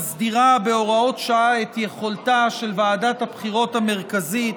מסדירה בהוראות שעה את יכולתה של ועדת הבחירות המרכזית